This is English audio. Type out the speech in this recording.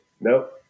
Nope